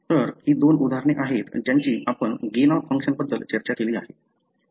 तर ही दोन उदाहरणे आहेत ज्यांची आपण गेन ऑफ फंक्शन बद्दल चर्चा केली आहे